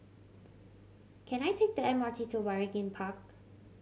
can I take the M R T to Waringin Park